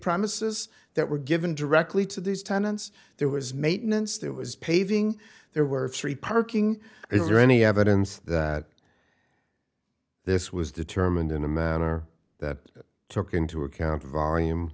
promises that were given directly to these tenants there was maintenance there was paving there were free parking is there any evidence that this was determined in a matter that took into account the volume